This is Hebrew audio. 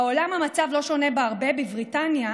בעולם המצב לא שונה בהרבה: בבריטניה,